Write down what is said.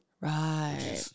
Right